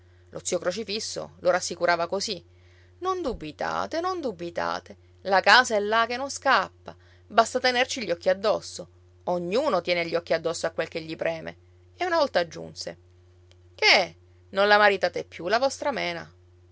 lo zio crocifisso lo rassicurava così non dubitate non dubitate la casa è là che non scappa basta tenerci gli occhi addosso ognuno tiene gli occhi addosso a quel che gli preme e una volta aggiunse che non la maritate più la vostra mena